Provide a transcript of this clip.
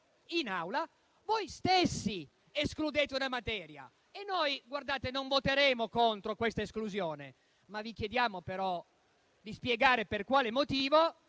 in Aula voi stessi escludete una materia. Noi non voteremo contro questa esclusione, ma vi chiediamo di spiegare per quale motivo